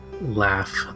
laugh